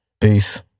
Peace